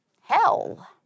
Hell